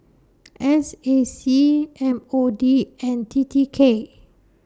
S A C M O D and T T K